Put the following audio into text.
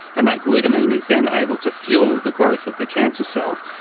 and that glutamine is then able to fuel the growth of the cancer cell,